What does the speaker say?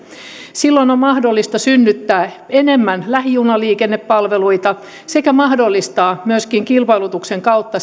silloin on on mahdollista synnyttää enemmän lähijunaliikennepalveluita sekä mahdollistaa myöskin kilpailutuksen kautta